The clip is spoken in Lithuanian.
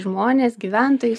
žmonės gyventojai